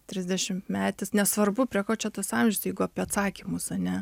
trisdešimtmetis nesvarbu prie ko čia tas amžius jeigu apie atsakymus ane